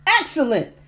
excellent